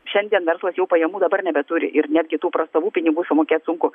šiandien verslas jau pajamų dabar nebeturi ir netgi tų prastovų pinigų sumokėt sunku